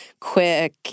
quick